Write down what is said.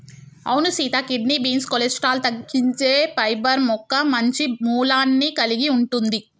అవును సీత kidney beans cholesterol తగ్గించే పైబర్ మొక్క మంచి మూలాన్ని కలిగి ఉంటుంది